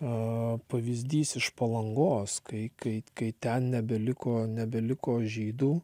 aaa pavyzdys iš palangos kai kai kai ten nebeliko nebeliko žydų